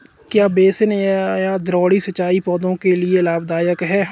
क्या बेसिन या द्रोणी सिंचाई पौधों के लिए लाभदायक है?